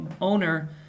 owner